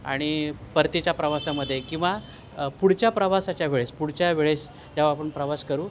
आणि परतीच्या प्रवासामध्ये किंवा पुढच्या प्रवासाच्या वेळेस पुढच्या वेळेस जेव्हा आपण प्रवास करू